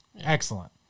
Excellent